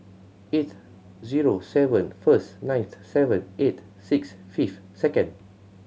eight zero seven firstone nine seven eight six five second